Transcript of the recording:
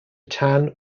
tan